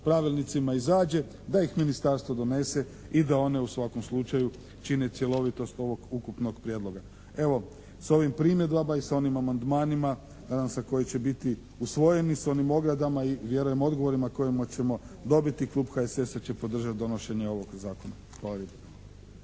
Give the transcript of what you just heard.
pravilnicima izađe, da ih ministarstvo donese i da one u svakom slučaju čine cjelovitost ovog ukupnog prijedloga. Evo, s ovim primjedbama i sa onim amandmanima nadam se koji će biti usvojeni, sa onim ogradama i vjerujem odgovorima kojima ćemo dobiti klub HSS-a će podržati donošenje ovog zakona. Hvala